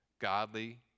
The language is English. godly